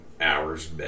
hours